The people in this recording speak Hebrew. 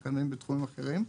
מה שקיים בתחומים אחרים.